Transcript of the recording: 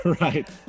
right